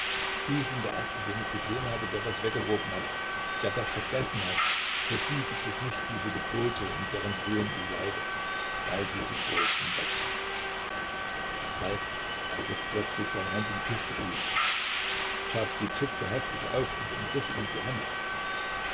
sie sind der erste den ich gesehen habe der das weggeworfen hat der das vergessen hat für sie gibt es nicht diese gebote um derentwillen ich leide weil sie zu groß sind dazu falk ergriff plötzlich seine hand und küßte sie czerski zuckte heftig auf und entriß ihm die hand